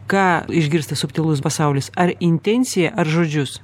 ką išgirsta subtilus pasaulis ar intenciją ar žodžius